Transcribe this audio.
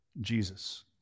Jesus